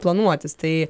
planuotis tai